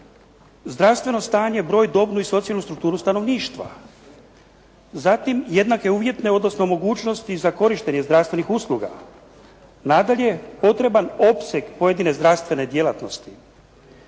zdravstveno stanje, broj, dobnu i socijalnu strukturu stanovništva. Zatim jednake uvjete, odnosno mogućnosti za korištenje zdravstvenih usluga. Nadalje, potreban opseg pojedine zdravstvene djelatnosti.